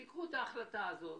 שייקחו את ההחלטה הזאת,